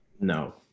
no